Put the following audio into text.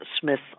Smith